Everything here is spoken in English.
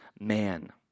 man